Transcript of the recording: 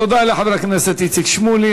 תודה לחבר הכנסת איציק שמולי.